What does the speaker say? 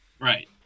right